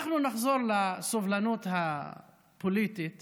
אנחנו נחזור לסובלנות הפוליטית